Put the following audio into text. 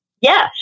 Yes